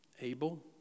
Abel